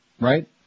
Right